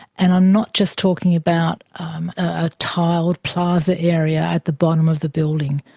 and i'm not just talking about a tiled plaza area at the bottom of the building,